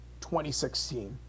2016